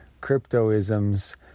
cryptoisms